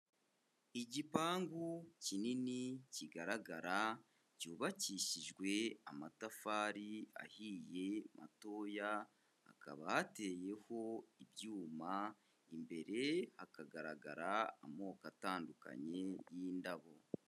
Igipangu kinini kigaragara cyubakishijwe amatafari ahiye matoya, hakaba hateyeho ibyuma, imbere hakagaragara amoko atandukanye y'indabo.